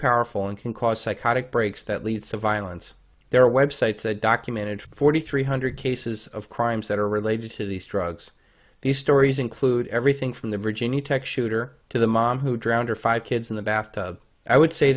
powerful and can cause psychotic breaks that leads to violence there are websites documented forty three hundred cases of crimes that are related to these drugs these stories include everything from the virginia tech shooter to the mom who drowned her five kids in the bath i would say